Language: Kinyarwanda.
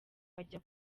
bajya